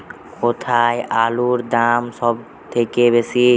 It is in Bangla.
কোথায় আলুর দাম সবথেকে বেশি?